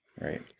Right